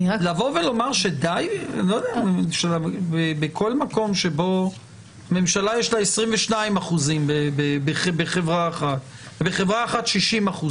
לבוא ולומר שבכל מקום שבו לממשלה יש 22% בחברה אחת ובחברה אחת 60%,